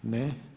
Ne.